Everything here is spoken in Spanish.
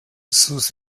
sus